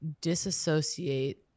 disassociate